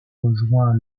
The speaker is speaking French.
rejoint